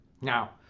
Now